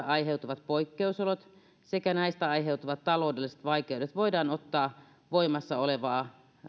aiheutuvat poikkeusolot sekä näistä aiheutuvat taloudelliset vaikeudet voidaan ottaa voimassa olevaa